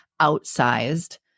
outsized